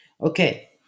okay